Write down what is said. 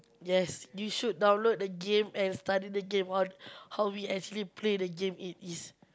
yes you should download the game and study the game while how we actually play the game it is